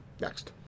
Next